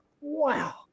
wow